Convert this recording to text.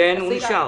כן, הוא נשאר.